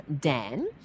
Dan